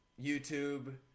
YouTube